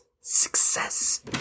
Success